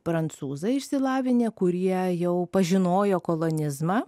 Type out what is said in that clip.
prancūzai išsilavinę kurie jau pažinojo kolonizmą